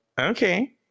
okay